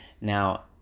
Now